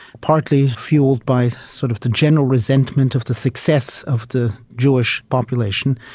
partly fuelled by sort of the general resentment of the success of the jewish population,